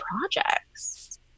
projects